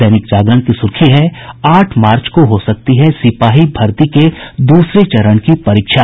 दैनिक जागरण की सुर्खी है आठ मार्च को हो सकती है सिपाही भर्ती के दूसरे चरण की परीक्षा